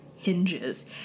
hinges